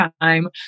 time